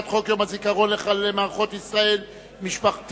להעביר את הצעת חוק יום הזיכרון לחללי מערכות ישראל (תיקון,